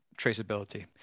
traceability